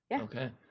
Okay